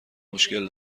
مشکل